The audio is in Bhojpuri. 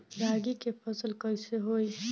रागी के फसल कईसे होई?